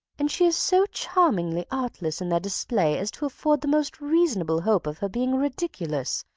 and she is so charmingly artless in their display as to afford the most reasonable hope of her being ridiculous,